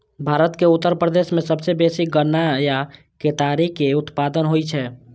भारत के उत्तर प्रदेश मे सबसं बेसी गन्ना या केतारी के उत्पादन होइ छै